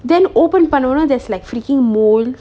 then open pandora there's like freaking mold